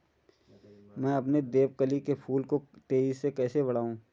मैं अपने देवकली के फूल को तेजी से कैसे बढाऊं?